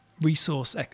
Resource